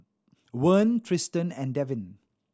Vern Triston and Devin